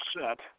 Set